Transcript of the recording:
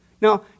Now